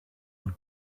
who